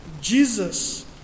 Jesus